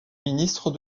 ministre